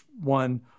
one